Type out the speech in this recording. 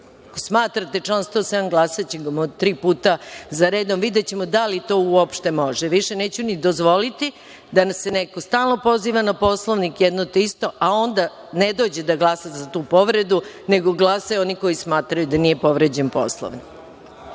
povređen, glasaćemo ga tri puta za redom i videćemo da li to uopšte može. Više neću ni dozvoliti da nam se neko stalno poziva na Poslovnik, na jedno te isto, a onda ne dođe da glasa za tu povredu, nego glasaju oni koji smatraju da nije povređen Poslovnik. Reč